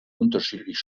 unterschiedlich